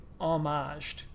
homaged